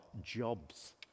jobs